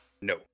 No